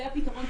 זה הפתרון,